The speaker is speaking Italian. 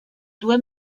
due